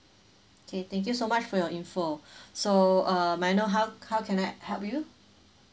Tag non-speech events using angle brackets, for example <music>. K thank you so much for your info <breath> so um may I know how how can I I he~ help you